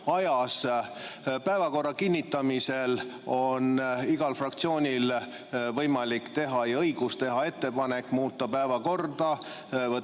ajas. Päevakorra kinnitamisel on igal fraktsioonil võimalik teha ja õigus teha ettepanek muuta päevakorda, võtta